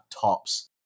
tops